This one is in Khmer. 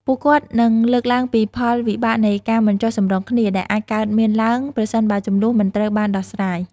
ពួកគាត់នឹងលើកឡើងពីផលវិបាកនៃការមិនចុះសម្រុងគ្នា ដែលអាចកើតមានឡើងប្រសិនបើជម្លោះមិនត្រូវបានដោះស្រាយ។